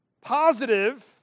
positive